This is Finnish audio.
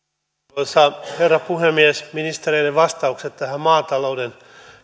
arvoisa herra puhemies ministereiden vastaukset liittyen tähän maatalouden